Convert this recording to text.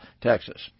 Texas